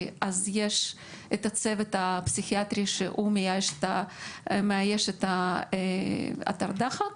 יש את הצוות הפסיכיאטרי שמאייש את אתר הדחק.